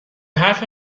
حرف